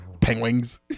Penguins